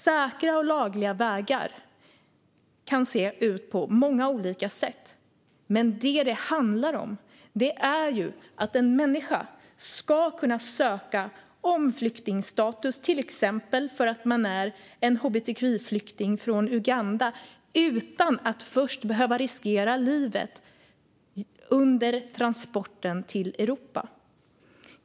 Säkra och lagliga vägar kan se ut på många olika sätt. Men vad det handlar om är att en människa ska kunna ansöka om flyktingstatus, till exempel för att man är en hbtqi-flykting från Uganda, utan att först behöva riskera livet under transporten till Europa.